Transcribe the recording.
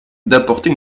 d’apporter